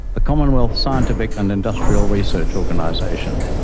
the commonwealth scientific and industrial research organization.